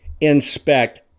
inspect